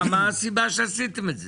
מה הסיבה שעשיתם את זה?